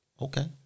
Okay